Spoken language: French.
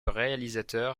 réalisateur